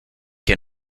que